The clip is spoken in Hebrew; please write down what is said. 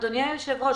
אדוני היושב ראש,